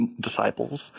disciples